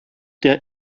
der